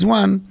one